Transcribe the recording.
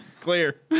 clear